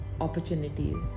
opportunities